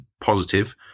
positive